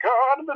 God